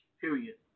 Period